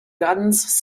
guns